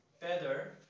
better